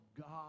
God